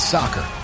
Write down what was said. Soccer